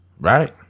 right